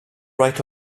right